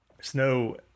Snow